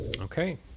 Okay